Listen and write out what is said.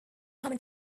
common